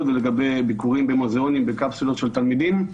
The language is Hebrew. ולגבי ביקורים במוזיאונים בקפסולות של תלמידים.